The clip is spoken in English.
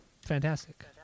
Fantastic